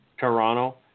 Toronto